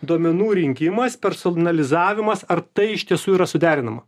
duomenų rinkimas personalizavimas ar tai iš tiesų yra suderinama